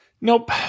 Nope